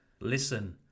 Listen